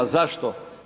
Zašto?